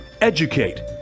educate